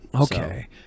Okay